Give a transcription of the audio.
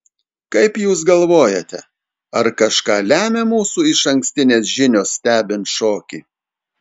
kaip jūs galvojate ar kažką lemia mūsų išankstinės žinios stebint šokį